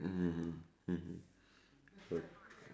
mm mmhmm